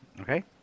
Okay